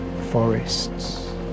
Forests